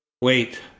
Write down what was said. wait